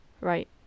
right